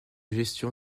gestion